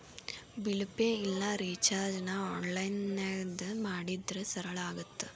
bill pay ಇಲ್ಲಾ ರಿಚಾರ್ಜ್ನ ಆನ್ಲೈನ್ದಾಗ ಮಾಡಿದ್ರ ಸರಳ ಆಗತ್ತ